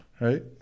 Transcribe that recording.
Right